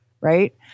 right